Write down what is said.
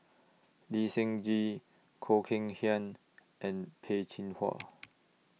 Lee Seng Gee Khoo Kay Hian and Peh Chin Hua